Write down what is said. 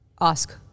ask